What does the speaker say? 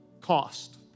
cost